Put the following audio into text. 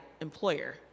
employer